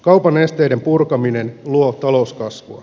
kaupan esteiden purkaminen luo talouskasvua